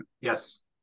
yes